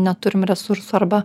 neturim resursų arba